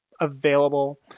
available